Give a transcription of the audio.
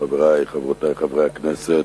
חברי וחברותי חברי הכנסת,